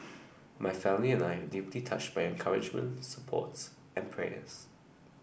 my family and I are deeply touched by your encouragement supports and prayers